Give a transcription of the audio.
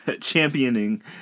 championing